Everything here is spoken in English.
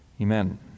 Amen